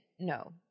No